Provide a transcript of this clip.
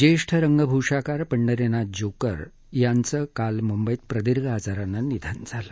ज्येष्ठ रंगभूषाकार पंढरीनाथ जुकर यांचं काल मुंबईत प्रदीर्घ आजारानं निधन झालं